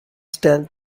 stealth